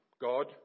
God